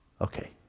Okay